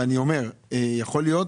אני אומר שיכול להיות,